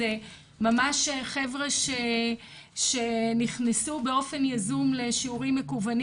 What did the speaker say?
ממש חבר'ה שנכנסו באופן יזום לשיעורים מקוונים